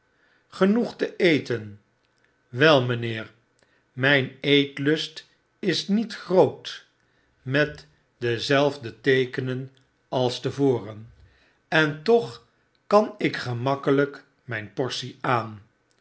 genoeg te eten wel mynheer myn eetlust is niet groot met dezelfde teekenen als te voren en toch kan ik gemakkelyk myn portie aan